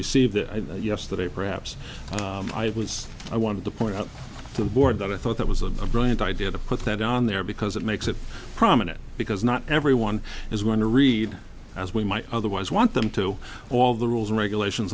received it yesterday perhaps i was i wanted to point out to the board that i thought it was a brilliant idea to put that on there because it makes it prominent because not everyone is going to read as we might otherwise want them to all the rules and regulations